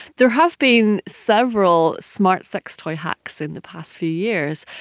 there have been several smart sex toy hacks in the past few years.